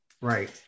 Right